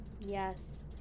yes